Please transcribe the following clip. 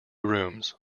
rooms